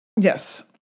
Yes